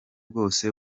bwose